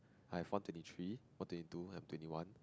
I have one twenty three one twenty two and twenty one